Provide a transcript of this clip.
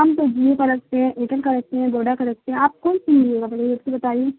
ہم پجیوں کا رکھتے ہیں اٹل کر رکھتے ہیں گوڈا کر رکھتے ہیں آپ کون سی ملے گا بتائیے اس سے بتائیے